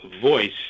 voice